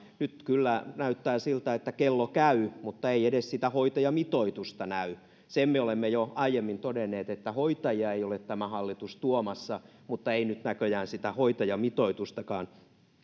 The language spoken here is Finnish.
nyt kyllä näyttää siltä että kello käy mutta ei edes sitä hoitajamitoitusta näy sen me olemme jo aiemmin todenneet että hoitajia ei ole tämä hallitus tuomassa mutta ei nyt näköjään sitä hoitajamitoitustakaan